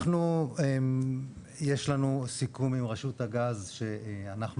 אנחנו יש לנו סיכום עם רשות הגז שאנחנו